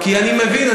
כי אני מבין,